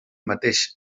mateix